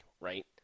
right